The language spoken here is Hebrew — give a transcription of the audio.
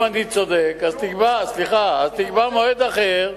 אם אני צודק, אז תקבע מועד אחר.